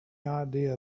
idea